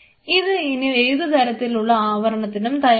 ഇത് ഇനി ഏതുതരത്തിലുള്ള ആവരണത്തിനും തയ്യാറാണ്